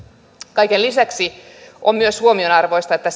kaiken lisäksi on myös huomionarviosta että